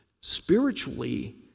Spiritually